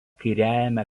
kairiajame